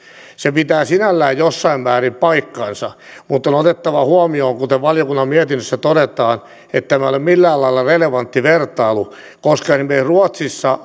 se pitää sinällään jossain määrin paikkansa mutta on otettava huomioon kuten valiokunnan mietinnössä todetaan että tämä ei ole millään lailla relevantti vertailu koska esimerkiksi ruotsissa